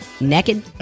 Naked